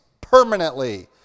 permanently